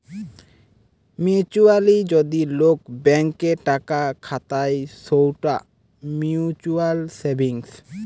mutually যদি লোক bank এ টাকা খাতায় সৌটা মিউচুয়াল সেভিংস